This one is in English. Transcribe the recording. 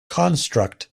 construct